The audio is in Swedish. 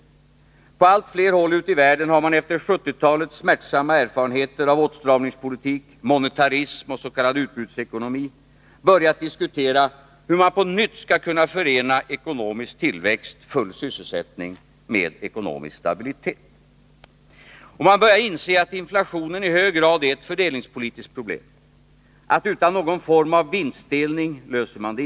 På allt fler håll ute i världen har man efter 1970-talets smärtsamma erfarenheter av åtstramningspolitik, monetarism och ss.k. utbudsekonomi börjat diskutera hur man på nytt skall kunna förena ekonomisk tillväxt och full sysselsättning med ekonomisk stabilitet. Man börjar inse att inflationen i hög grad är ett fördelningspolitiskt problem, att man inte utan någon form av vinstdelning kan lösa det.